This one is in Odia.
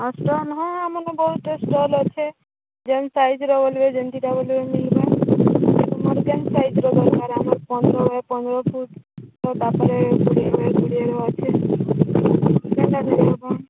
ହଁ ଷ୍ଟଲ୍ ହଁ ଆମର ବହୁତ ଷ୍ଟଲ୍ ଅଛି ଯେମିତି ସାଇଜ୍ରେ ବୋଲିବେ ତମର କେନ୍ ସାଇଜ୍